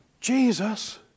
Jesus